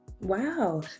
Wow